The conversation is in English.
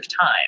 time